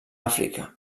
àfrica